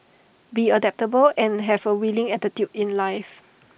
be adaptable and have A willing attitude in life